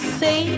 say